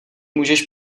můžeš